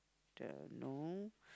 don't know